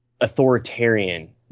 authoritarian